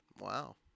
Wow